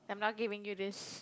I'm not giving you this